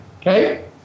okay